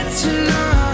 tonight